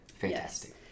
Fantastic